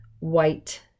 white